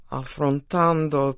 affrontando